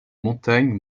montagnes